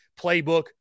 playbook